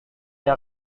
dia